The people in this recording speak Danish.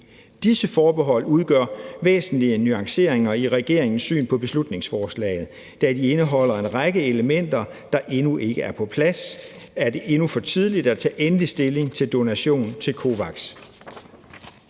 Disse forbehold udgør væsentlige nuanceringer i regeringens syn på beslutningsforslaget. Da de indeholder en række elementer, der endnu ikke er på plads, er det endnu for tidligt at tage endelig stilling til donation til COVAX.